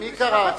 מי קרא?